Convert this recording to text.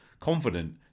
confident